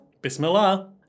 Bismillah